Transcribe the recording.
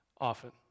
often